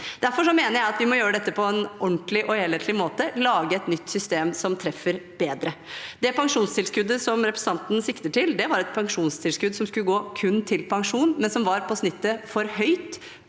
Derfor mener jeg at vi må gjøre dette på en ordentlig og helhetlig måte – lage et nytt system som treffer bedre. Det pensjonstilskuddet som representanten sikter til, var et pensjonstilskudd som skulle gå kun til pensjon, men som i snitt var for høyt,